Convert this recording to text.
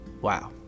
Wow